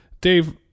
Dave